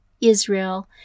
Israel